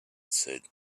said